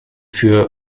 für